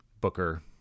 Booker